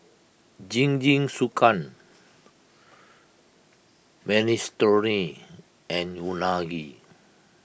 Jingisukan Minestrone and Unagi